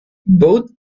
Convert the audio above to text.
both